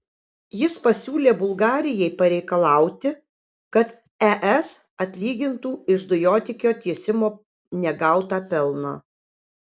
jis pasiūlė bulgarijai pareikalauti kad es atlygintų iš dujotiekio tiesimo negautą pelną